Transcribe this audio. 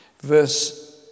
Verse